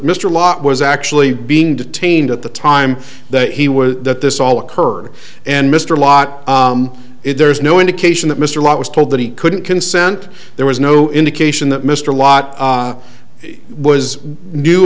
lott was actually being detained at the time that he was that this all occurred and mr lott there's no indication that mr lott was told that he couldn't consent there was no indication that mr watt was knew